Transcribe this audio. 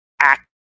act